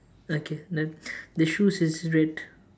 okay then the shoes is red